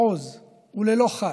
בעוז וללא חת,